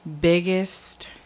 biggest